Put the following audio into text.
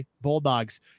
Bulldogs